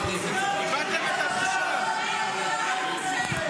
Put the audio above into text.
--- תסתכלו להם בעיניים.